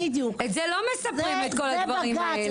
את זה לא מספרים את כל הדברים האלה.